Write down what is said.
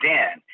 Dan